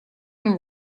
and